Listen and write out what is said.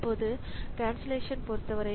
இப்போது கன்சல்லேஷன் பொருத்தவரை